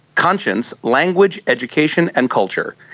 conscience, language, education and culture.